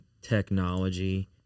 technology